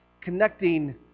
connecting